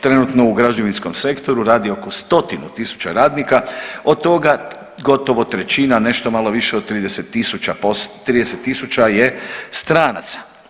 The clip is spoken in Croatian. Trenutno u građevinskom sektoru radi oko stotinu tisuća radnika, od toga gotovo trećina, nešto malo više od 30.000 je stranaca.